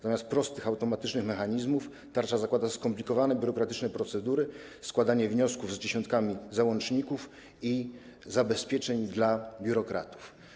Zamiast prostych, automatycznych mechanizmów tarcza zakłada skomplikowane biurokratyczne procedury, składanie wniosków z dziesiątkami załączników i zabezpieczeń dla biurokratów.